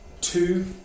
Two